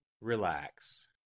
Relax